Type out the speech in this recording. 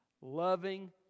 loving